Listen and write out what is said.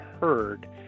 heard